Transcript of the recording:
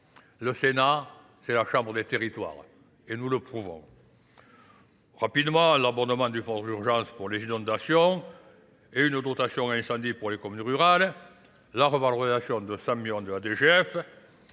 Le Sénat, c'est la chambre des territoires, et nous le prouvons. Rapidement, l'abonnement du fonds d'urgence pour les inondations, et une dotation incendie pour les communes rurales, la revalorisation de 100 millions de la DGF,